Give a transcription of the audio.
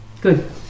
good